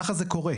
ככה זה קורה.